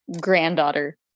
granddaughter